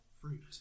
fruit